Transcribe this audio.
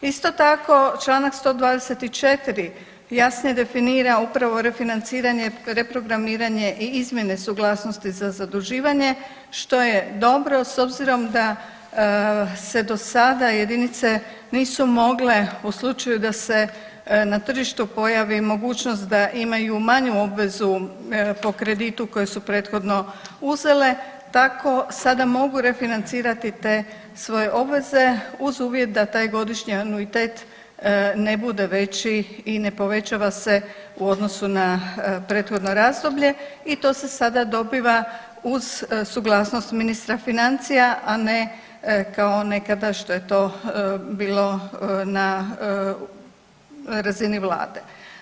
Isto tako, Članak 124. jasnije definira upravo refinanciranje, reprogramiranje i izmjene suglasnosti za zaduživanje što je dobro s obzirom da se do sada jedinice nisu mogle u slučaju da se na tržištu pojavi i mogućnost da imaju manju obvezu po kreditu koje su prethodno uzele, tako sada mogu refinancirati te svoje obveze uz uvjet da taj godišnji anuitet ne bude veći i ne povećava se u odnosu na prethodno razdoblje i to se sada dobiva uz suglasnost ministra financija, a ne kao nekada što je to bilo na razini vlade.